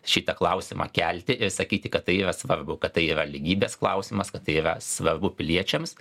šitą klausimą kelti ir sakyti kad tai yra svarbu kad tai yra lygybės klausimas kad tai yra svarbu piliečiams